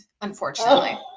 unfortunately